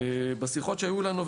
בשיחות שהיו לנו,